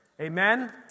Amen